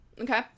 Okay